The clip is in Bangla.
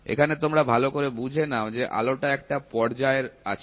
এখানে তোমরা ভালো করে বুঝে নাও যে আলোটা একটা পর্যায় আছে